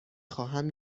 خواهم